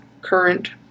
current